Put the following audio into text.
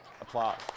applause